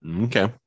Okay